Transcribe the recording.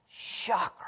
Shocker